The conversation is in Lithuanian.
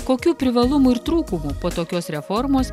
kokių privalumų ir trūkumų po tokios reformos